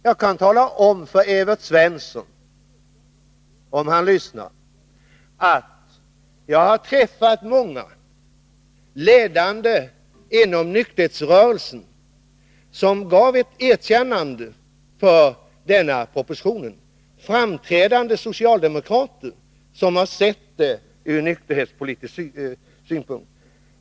Jag kan tala om för Evert Svensson, om han lyssnar, att jag har träffat många ledande inom nykterhetsrörelsen som givit mig ett erkännande för denna proposition — framträdande socialdemokrater som har sett detta ur nykterhetspolitisk synpunkt.